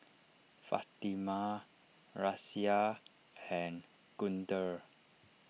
Fatimah Raisya and Guntur